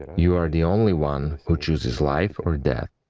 you are the only one who chooses life or death.